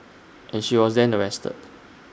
and she was then arrested